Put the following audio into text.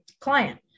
client